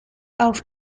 auf